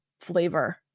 flavor